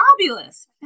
fabulous